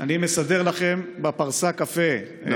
אני מסדר לכם בפרסה קפה, חבר הכנסת זוהר.